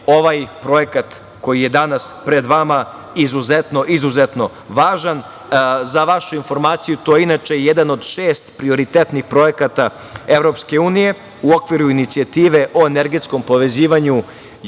ovaj projekat, koji je danas pred vama, izuzetno, izuzetno važan. Za vašu informaciju, to je inače jedan od šest prioritetnih projekata EU u okviru Inicijative o energetskom povezivanju